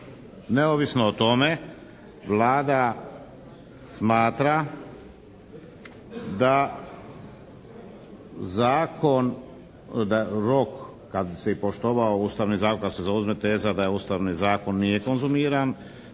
neovisno o tome, Vlada smatra da Zakon, da rok kad bi se i poštovao Ustavni zakon da se zauzme teza da je Ustavni zakon nije konzumiran,